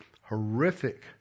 horrific